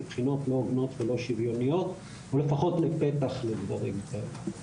בחינות לא הוגנות ולא שוויוניות או לפחות לפתח לדברים כאלה.